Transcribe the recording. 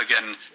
again